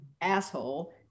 asshole